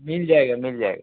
मिल जाएगा मिल जाएगा